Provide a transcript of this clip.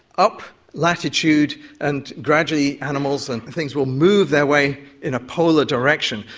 up latitude and gradually animals and things will move their way in a polar direction.